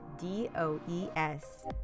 d-o-e-s